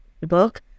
book